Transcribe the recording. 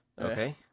Okay